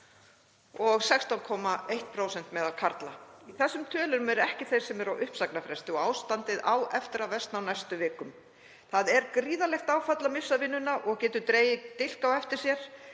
og 16,1% meðal karla. Í þessum tölum eru ekki þeir sem eru á uppsagnarfresti og ástandið á eftir að versna á næstu vikum. Það er gríðarlegt áfall að missa vinnuna og getur dregið dilk á eftir sér.